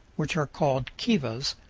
which are called kivas,